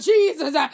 Jesus